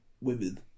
women